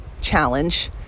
challenge